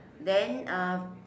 then uh